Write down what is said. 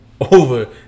over